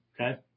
Okay